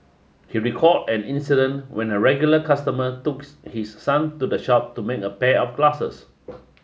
he recalled an incident when a regular customer took his son to the shop to make a pair of glasses